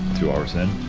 two hours in